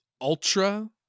Ultra